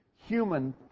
human